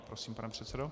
Prosím, pane předsedo.